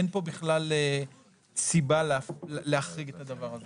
אין פה בכלל סיבה להחריג את הדבר הזה.